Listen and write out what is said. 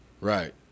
Right